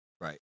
Right